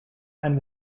and